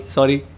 Sorry